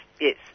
yes